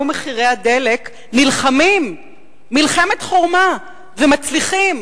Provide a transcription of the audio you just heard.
מחירי הדלק נלחמים מלחמת חורמה ומצליחים.